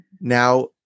now